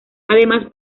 además